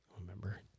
remember